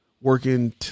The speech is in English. working